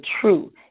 true